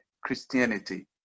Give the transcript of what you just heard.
Christianity